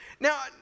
Now